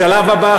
בשלב הבא,